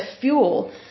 fuel